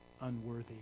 unworthy